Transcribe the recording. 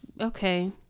okay